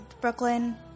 Brooklyn